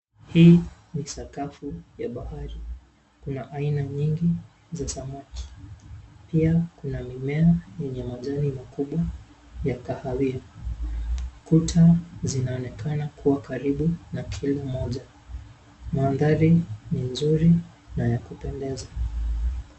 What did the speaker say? Hii, ni sakafu ya bahari. Kuna aina nyingi za samaki. Pia, kuna mimea yenye majani makubwa ya kahawia. Kuta zinaonekana kuwa karibu na troli moja. Mandhari ni nzuri na ya kupendeza.